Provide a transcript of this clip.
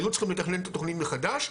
היו צריכים לתכנן את התוכנית מחדש,